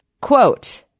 Quote –